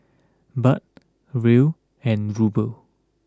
Baht Riel and Ruble